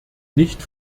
nicht